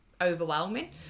overwhelming